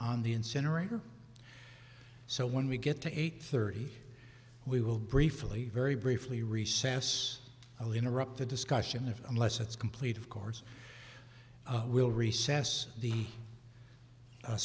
on the incinerator so when we get to eight thirty we will briefly very briefly recess i'll interrupt the discussion if unless it's complete of course we'll recess the a